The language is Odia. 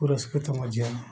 ପୁରସ୍କୃତ ମଧ୍ୟ